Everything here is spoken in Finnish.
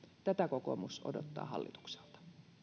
tätä kokoomus odottaa hallitukselta